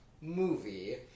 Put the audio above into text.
movie